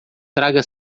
traga